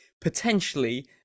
potentially